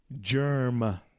germ